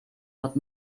but